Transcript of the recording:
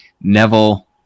neville